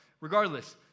regardless